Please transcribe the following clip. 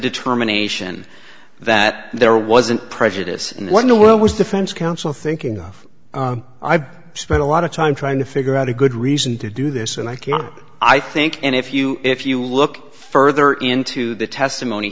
determination that there wasn't prejudice and one no one was defense counsel thinking i've spent a lot of time trying to figure out a good reason to do this and i can't i think and if you if you look further into the testimony